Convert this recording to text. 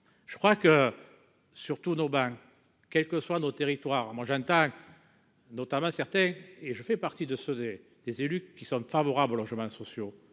je crois que surtout nos ben, quelles que soient nos territoires, moi j'entends notamment certains et je fais partie de ceux des des élus qui sont favorables aux logements sociaux,